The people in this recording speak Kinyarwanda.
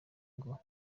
ngo